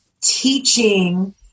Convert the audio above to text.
teaching